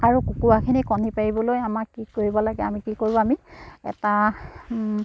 আৰু কুকুৰাখিনি কণী পাৰিবলৈ আমাক কি কৰিব লাগে আমি কি কৰোঁ আমি এটা